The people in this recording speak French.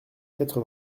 quatre